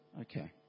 Okay